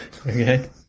okay